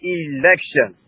election